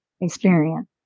experience